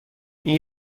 این